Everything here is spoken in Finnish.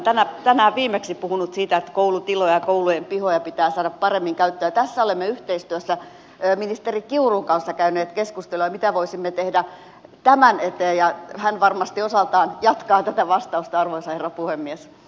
olen tänään viimeksi puhunut siitä että koulutiloja koulujen pihoja pitää saada paremmin käyttöön ja tässä olemme yhteistyössä ministeri kiurun kanssa käyneet keskustelua mitä voisimme tehdä tämän eteen ja hän varmasti osaltaan jatkaa tätä vastausta arvoisa herra puhemies